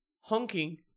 honking